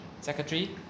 secretary